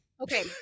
Okay